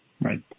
Right